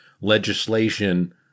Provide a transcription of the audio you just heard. legislation